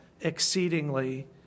exceedingly